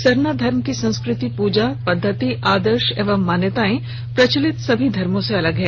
सरना धर्म की संस्कृति पूजा पद्वति आदर्श एवं मान्यताएं प्रचलित सभी धर्मों से अलग है